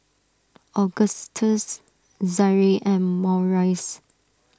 Augustes Zaire and Maurice